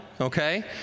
Okay